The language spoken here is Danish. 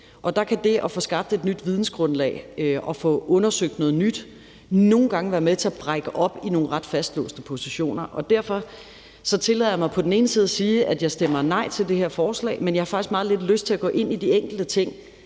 Og der kan det at få skabt et nyt vidensgrundlag og få undersøgt noget nyt nogle gange være med til at brække op i nogle ret fastlåste positioner. Derfor tillader jeg mig på den ene side at sige, at jeg stemmer nej til det her forslag, men på den anden side at sige, at jeg faktisk har meget lidt lyst til at gå ind i de enkelte ting